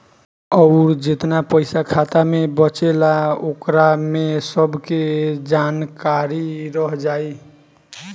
अउर जेतना पइसा खाता मे बचेला ओकरा में सब के जानकारी रह जाइ